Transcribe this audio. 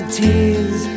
tears